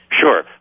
Sure